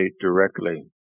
directly